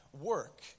work